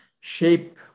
shape